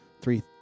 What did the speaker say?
three